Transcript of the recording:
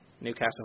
Newcastle